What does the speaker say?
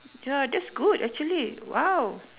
ya that's good actually !wow!